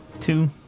Two